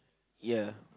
ya